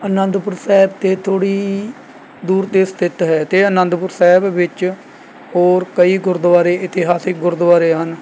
ਆਨੰਦਪੁਰ ਸਾਹਿਬ ਤਾਂ ਥੋੜ੍ਹੀ ਦੂਰ 'ਤੇ ਸਥਿਤ ਹੈ ਅਤੇ ਆਨੰਦਪੁਰ ਸਾਹਿਬ ਵਿੱਚ ਹੋਰ ਕਈ ਗੁਰਦੁਆਰੇ ਇਤਿਹਾਸਿਕ ਗੁਰਦੁਆਰੇ ਹਨ